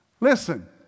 Listen